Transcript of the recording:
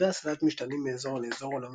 מרכיבי הסלט משתנים מאזור לאזור,